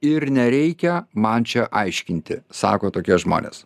ir nereikia man čia aiškinti sako tokie žmonės